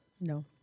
No